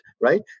right